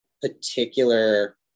particular